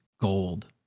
gold